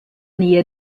nähe